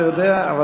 זה לא, אתה יודע מה?